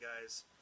guys